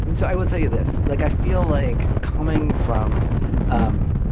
and so i will tell you this. like i feel like coming from um